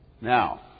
Now